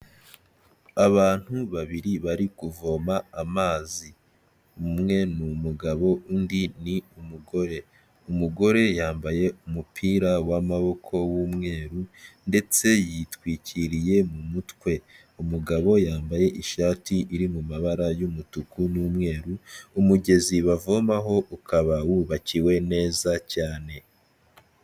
Abantu babiri bari kuvoma amazi, umwe ni umugabo undi ni umugore, umugore yambaye umupira wamaboko w'umweru ndetse yitwikiriye mu mutwe, umugabo yambaye ishati iri mu mabara y'umutuku n'umweru, umugezi bavomaho ukaba wubakiwe neza cyane.